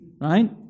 right